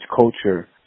culture